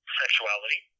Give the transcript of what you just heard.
sexuality